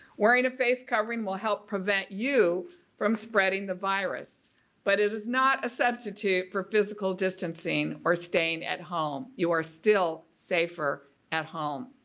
wearing a face covering will help prevent you from spreading the virus but it is not a substitute for physical distancing or staying at home. you are still safer at home.